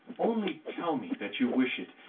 only tell me that you wish it,